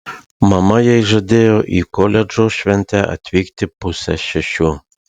mama jai žadėjo į koledžo šventę atvykti pusę šešių